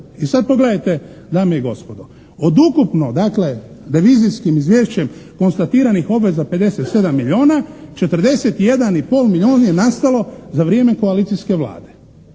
I sad to gledajte, dame i gospodo, od ukupno dakle revizijskim izvješćem konstatiranih obveza 57 milijuna, 41 i pol milijun je nastalo za vrijeme koalicijske Vlade.